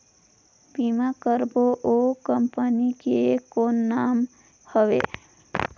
बीमा करबो ओ कंपनी के कौन नाम हवे?